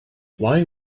why